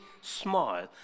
smile